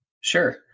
Sure